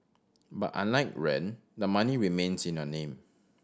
but unlike rent the money remains in your name